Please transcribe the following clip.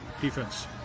defense